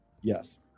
Yes